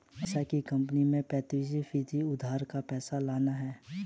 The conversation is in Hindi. अनीशा की कंपनी में पैंतीस फीसद उधार का पैसा लगा है